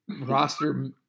Roster